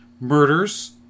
murders